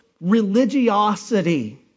religiosity